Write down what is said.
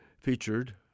featured